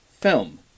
film